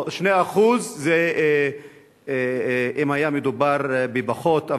2% זה אם היה מדובר בפחות.